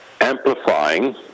amplifying